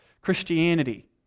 Christianity